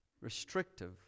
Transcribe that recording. restrictive